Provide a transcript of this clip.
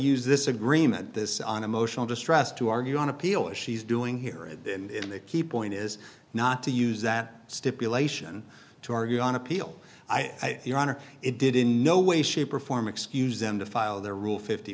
use this agreement this on emotional distress to argue on appeal if she's doing here is the key point is not to use that stipulation to argue on appeal i do your honor it did in no way shape or form excuse zenda filed their